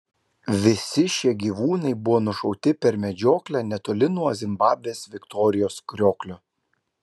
visi šie gyvūnai buvo nušauti per medžioklę netoli nuo zimbabvės viktorijos krioklio